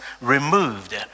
removed